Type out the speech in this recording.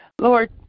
Lord